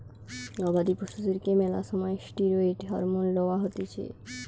গবাদি পশুদেরকে ম্যালা সময় ষ্টিরৈড হরমোন লওয়া হতিছে